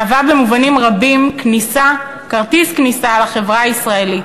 מהווה במובנים רבים כרטיס כניסה לחברה הישראלית.